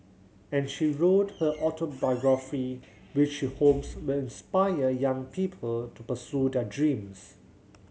and she wrote her autobiography which she hopes will inspire young people to pursue their dreams